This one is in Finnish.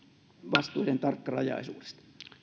vastuiden tarkkarajaisuudesta